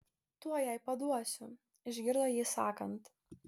tuoj jai paduosiu išgirdo jį sakant